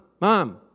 Mom